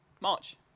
March